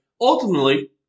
Ultimately